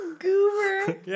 Goober